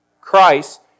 Christ